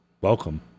Welcome